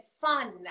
fun